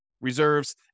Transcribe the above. Reserves